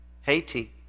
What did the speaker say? Haiti